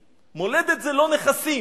הם מוציאים את המלה "פלסטינים",